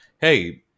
hey